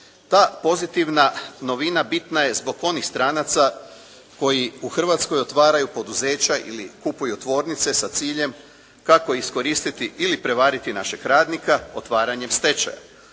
Ta pozitivna novina bitna je zbog onih stranaca koji u Hrvatskoj otvaraju poduzeća ili kupuju tvornice sa ciljem kako iskoristiti ili prevariti našeg radnika otvaranjem stečaja.